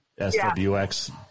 SWX